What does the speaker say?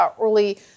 early